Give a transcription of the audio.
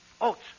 Oats